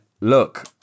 look